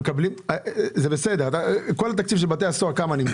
מה סך התקציב של שירות בתי הסוהר?